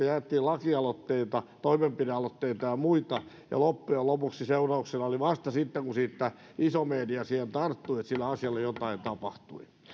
jätettiin useita lakialoitteita toimenpidealoitteita ja muita ja loppujen lopuksi seurauksena oli vasta sitten kun iso media siihen tarttui että asialle jotain tapahtui